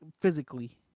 physically